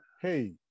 Hey